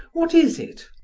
what is it?